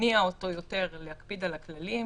מניע אותו יותר להקפיד על הכללים.